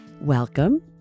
Welcome